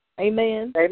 Amen